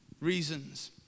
reasons